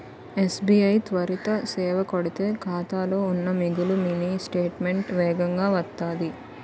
SBI త్వరిత సేవ కొడితే ఖాతాలో ఉన్న మిగులు మినీ స్టేట్మెంటు వేగంగా వత్తాది